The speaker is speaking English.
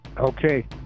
Okay